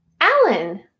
Alan